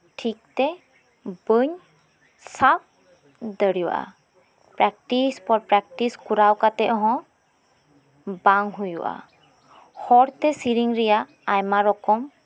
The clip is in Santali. ᱴᱷᱤᱠ ᱛᱮ ᱵᱟᱹᱧ ᱥᱟᱵ ᱫᱟᱲᱮᱣᱟᱜᱼᱟ ᱯᱨᱮᱠᱴᱤᱥ ᱯᱚᱨ ᱯᱨᱮᱠᱴᱤᱥ ᱠᱚᱨᱟᱣ ᱠᱟᱛᱮᱜ ᱦᱚᱸ ᱵᱟᱝ ᱦᱩᱭᱩᱜᱼᱟ ᱦᱚᱲᱛᱮ ᱥᱮᱨᱮᱧ ᱨᱮᱭᱟᱜ ᱟᱭᱢᱟ ᱨᱚᱠᱚᱢ